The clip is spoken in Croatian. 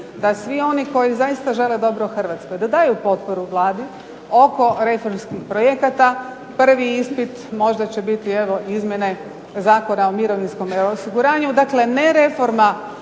da svi oni koji zaista dobro Hrvatskoj da daju potporu Vladi oko reformskih projekata. Prvi ispit možda će biti evo izmjene Zakona o mirovinskom osiguranju, dakle ne reforma